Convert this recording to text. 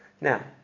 Now